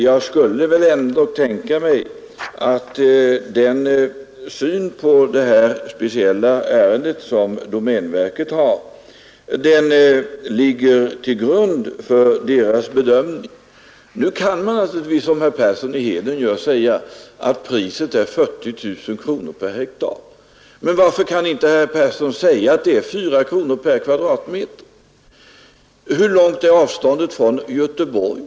Jag skulle väl ändå tänka mig att den syn på det här speciella ärendet som domänverket har ligger till grund för verkets bedömning. Nu kan man naturligtvis, som herr Persson i Heden gör, säga att priset är 40 000 kronor per hektar. Men varför kan inte herr Persson säga att det är 4 kronor per kvadratmeter? Hur långt är avståndet från Göteborg?